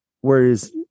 whereas